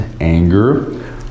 anger